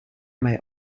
may